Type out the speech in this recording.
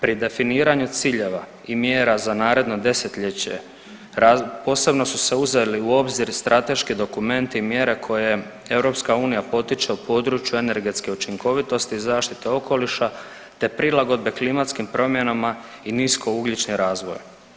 Pri definiranju ciljeva i mjera za naredno desetljeće posebno su se uzeli u obzir strateški dokumenti i mjere koje EU potiče u području energetske učinkovitosti, zaštite okoliša, te prilagodbe klimatskim promjenama i nisko ugljičnim razvojem.